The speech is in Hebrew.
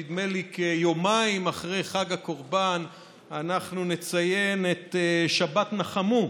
נדמה לי שכיומיים אחרי חג הקורבן אנחנו נציין את שבת נחמו,